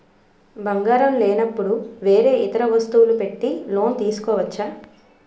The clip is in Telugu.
బంగారం లేనపుడు వేరే ఇతర వస్తువులు పెట్టి లోన్ తీసుకోవచ్చా?